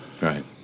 Right